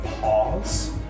pause